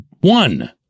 one